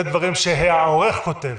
זה דברים שהעורך כותב.